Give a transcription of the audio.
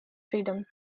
freedom